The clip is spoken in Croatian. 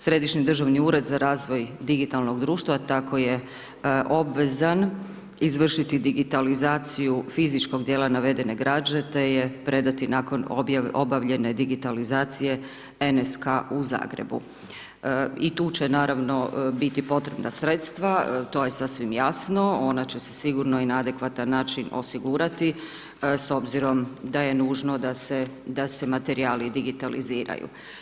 Središnji državni ured za razvoj digitalnog društva tako je obvezan izvršiti digitalizaciju fizičkog dijela navedene građe te je predati nakon obavljene digitalizacije NSK u Zagrebu i tu će naravno biti potrebna sredstva, to je sasvim jasno, ona će se sigurno i na adekvatan način osigurati s obzirom da je nužno da se materijali digitaliziraju.